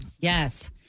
Yes